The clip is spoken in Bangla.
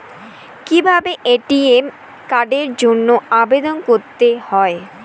কিভাবে এ.টি.এম কার্ডের জন্য আবেদন করতে হয়?